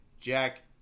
Jack